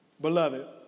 Beloved